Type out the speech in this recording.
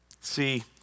See